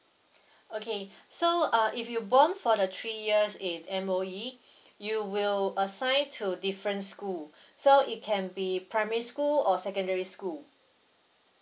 okay so uh if you bond for the three years in M_O_E you will assign to different school so it can be primary school or secondary school